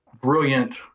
brilliant